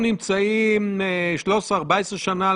אני אשמח להתייחס מאוד בקצרה.